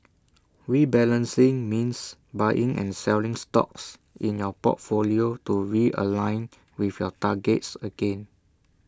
rebalancing means buying and selling stocks in your portfolio to realign with your targets again